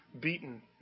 beaten